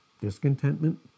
Discontentment